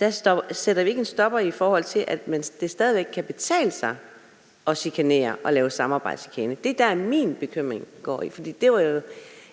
vi stadig væk ikke en stopper for, at det stadig væk kan betale sig at chikanere og lave samarbejdschikane. Det er det, min bekymring går på, for det var